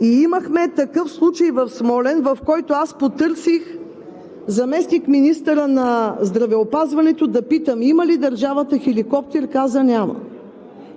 Имахме такъв случай в Смолян, в който потърсих заместник-министъра на здравеопазването да питам: има ли държавата хеликоптер? Каза: няма.